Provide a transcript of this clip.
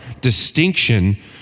distinction